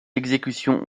exécutions